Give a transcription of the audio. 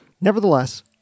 nevertheless